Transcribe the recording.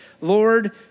Lord